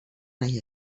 nahi